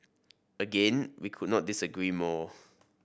again we could not disagree more